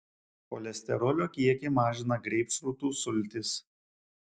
cholesterolio kiekį mažina greipfrutų sultys